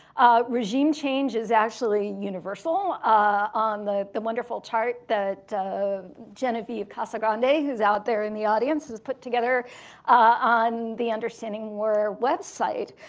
regime change is actually universal ah on the the wonderful chart that genevieve casagrande, whos out there in the audience, has put together on the understanding war website,